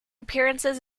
appearances